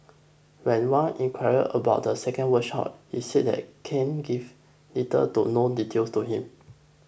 when Wan inquired about the second workshop he said that Ken gave little to no details to him